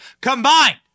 combined